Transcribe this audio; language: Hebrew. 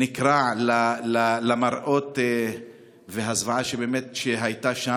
הלב באמת נקרע למראות הזוועה שהיו שם.